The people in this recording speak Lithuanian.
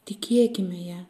tikėkime ja